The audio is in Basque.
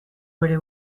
bere